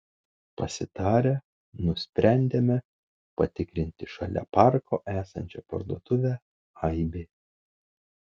pasitarę nusprendėme patikrinti šalia parko esančią parduotuvę aibė